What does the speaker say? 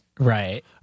Right